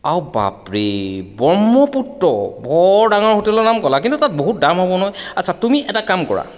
আও বাপ ৰে ব্ৰহ্মপুত্ৰ বৰ ডাঙৰ হোটেলৰ নাম ক'লা কিন্তু তাত বহুত দাম হ'ব নহয় আচ্ছা তুমি এটা কাম কৰা